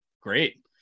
Great